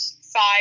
five